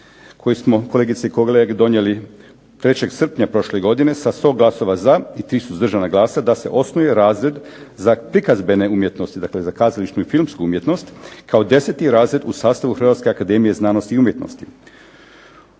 koji smo kolegice i kolege donijeli 3. srpnja prošle godine sa 100 glasova za i 3 suzdržana glasa da se osnuje razred za prikazbene umjetnosti, dakle za kazališnu i filmsku umjetnost, kao 10. razred u sastavu Hrvatske akademije znanosti i umjetnosti.